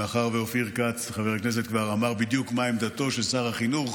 מאחר שחבר הכנסת אופיר כץ כבר אמר בדיוק מה עמדתו של שר החינוך,